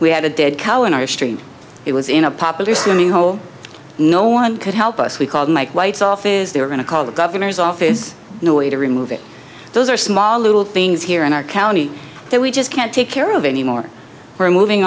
we had a dead cow in our street it was in a popular swimming hole no one could help us we called my lights off is they were going to call the governor's office no way to remove it those are small little things here in our county that we just can't take care of anymore we're moving